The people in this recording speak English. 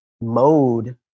mode